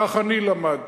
כך אני למדתי,